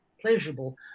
pleasurable